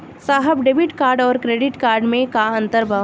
साहब debit card और credit card में का अंतर बा?